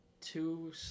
two